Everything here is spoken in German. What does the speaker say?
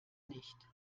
nicht